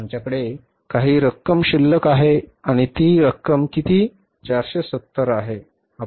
आमच्याकडे काही रक्कम शिल्लक आहे आणि ती रक्कम किती 470 आहे